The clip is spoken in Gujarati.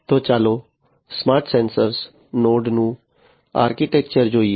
તો ચાલો સ્માર્ટ સેન્સર નોડનું આર્કિટેક્ચરજોઈએ